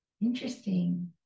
Interesting